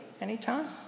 anytime